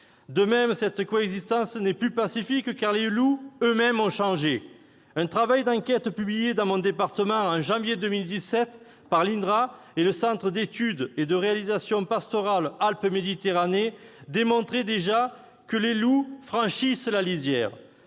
De même, cette coexistence n'est plus pacifique parce que les loups eux-mêmes ont changé. Un travail d'enquête publié dans mon département, en janvier 2017, par l'INRA et le Centre d'études et de réalisations pastorales Alpes-Méditerranée démontrait déjà que les loups franchissaient la lisière